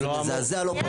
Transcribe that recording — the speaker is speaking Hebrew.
זה מזעזע לא פחות.